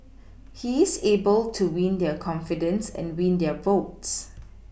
he is able to win their confidence and win their votes